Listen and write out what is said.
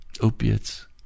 opiates